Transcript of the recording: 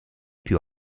più